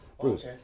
Bruce